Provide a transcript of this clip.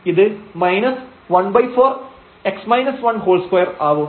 ഇത് ¼2 ആവും